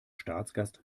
staatsgast